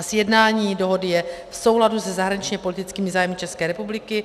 Sjednání dohody je v souladu se zahraničněpolitickými zájmy České republiky.